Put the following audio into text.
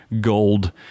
gold